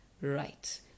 right